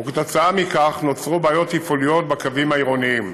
וכתוצאה מכך נוצרו בעיות תפעוליות בקווים העירוניים.